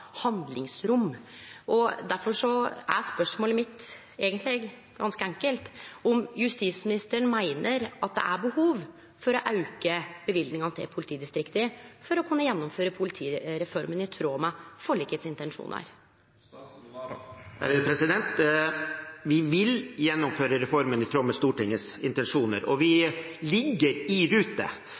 handlingsrom. Difor er spørsmålet mitt ganske enkelt: Meiner justisministeren at det er behov for å auke løyvingane til politidistrikta for å kunne gjennomføre politireforma i tråd med intensjonane i forliket? Vi vil gjennomføre reformen i tråd med Stortingets intensjoner, og vi er i rute.